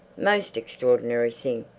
most extraordinary thing.